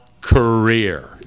career